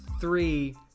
three